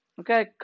Okay